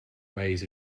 ways